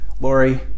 Lori